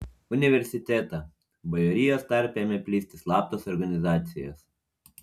universitetą bajorijos tarpe ėmė plisti slaptos organizacijos